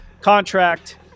contract